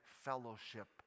fellowship